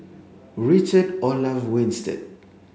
Richard Olaf Winstedt